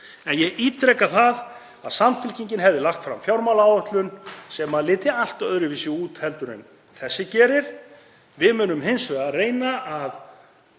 En ég ítreka það að Samfylkingin hefði lagt fram fjármálaáætlun sem liti allt öðruvísi út en þessi gerir. Við munum hins vegar reyna að